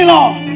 Lord